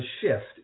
shift